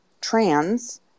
trans